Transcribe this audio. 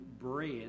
bread